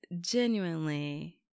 genuinely